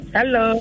Hello